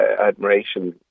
admiration